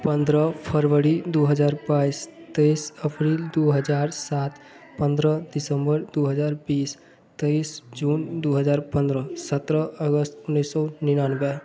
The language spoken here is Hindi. पंद्रह फ़रवड़ी दो हज़ार बाईस तेईस अप्रिल दो हज़ार सात पंद्रह दिसम्बर दो हज़ार बीस तेईस जून दो हज़ार पंद्रह सत्रह अगस्त उन्नीस सौ निन्यानवे